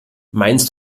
meinst